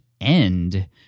end